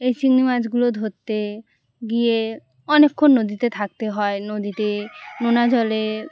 এই চিংড়ি মাছগুলো ধরতে গিয়ে অনেকক্ষণ নদীতে থাকতে হয় নদীতে নোনা জলে